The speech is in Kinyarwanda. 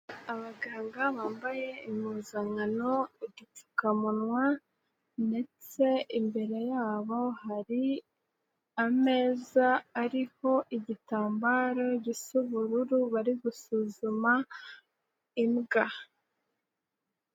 Abaganga bambaye impuzankano, udupfukamunwa ndetse imbere yabo hari ameza ariho igitambaro gisa ubururu bari gusuzuma imbwa.